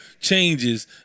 changes